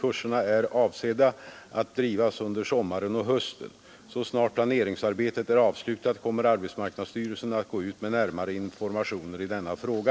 Kurserna är avsedda att drivas under sommaren och hösten. Så snart planeringsarbetet är avslutat kommer arbetsmarknadsstyrelsen att gå ut med närmare information i denna fråga.